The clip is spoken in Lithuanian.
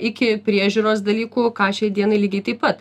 iki priežiūros dalykų ką šiai dienai lygiai taip pat